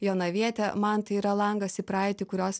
jonavietė man tai yra langas į praeitį kurios